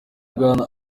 bwana